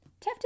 Teft